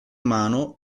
mano